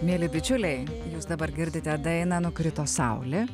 mieli bičiuliai jūs dabar girdite dainą nukrito sauli